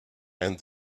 and